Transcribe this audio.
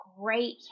great